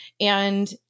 and-